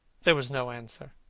there was no answer,